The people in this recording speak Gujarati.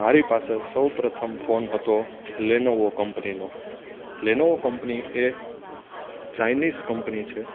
મારી પાસે સૌપ્રથમ ફોન હતો લેનોવો કંપનીનો લેનોવો કંપની એ ચાઈનીઝ કંપની છે